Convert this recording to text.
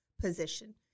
position